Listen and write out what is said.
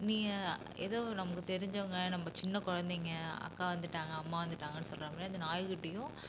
நீ ஏதோ நமக்கு தெரிஞ்சவுங்க நம்ப சின்ன குழந்தைங்க அக்கா வந்துட்டாங்க அம்மா வந்துட்டாங்கன்னு சொல்ற மாதிரி அந்த நாய்க்குட்டியும்